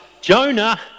Jonah